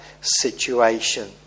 situation